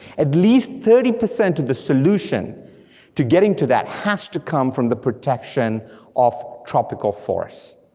at least thirty percent of the solution to getting to that has to come from the protection of tropical forests.